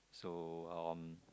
so um